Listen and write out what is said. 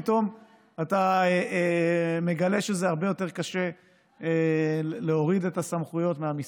פתאום אתה מגלה שזה הרבה יותר קשה להוריד את הסמכויות מהמשרד.